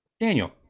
Daniel